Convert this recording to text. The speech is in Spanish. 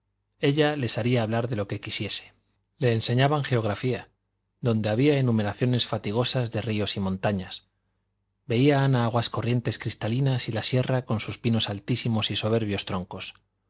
ella les haría hablar de lo que quisiese le enseñaban geografía donde había enumeraciones fatigosas de ríos y montañas veía ana aguas corrientes cristalinas y la sierra con sus pinos altísimos y soberbios troncos